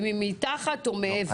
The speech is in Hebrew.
אם היא מתחת או מעבר.